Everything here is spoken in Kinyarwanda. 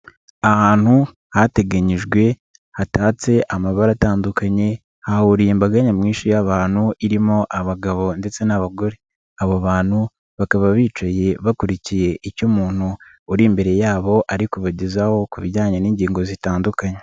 Ahantu hateganyijwe hatatse amabara atandukanye, hahuriye imbaga nyamwinshi y'abantu irimo abagabo ndetse n'abagore, abo bantu bakaba bicaye bakurikiye icyo umuntu uri imbere yabo ari kubabagezaho ku bijyanye n'ingingo zitandukanye.